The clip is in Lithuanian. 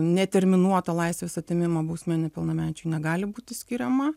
neterminuota laisvės atėmimo bausmė nepilnamečiui negali būti skiriama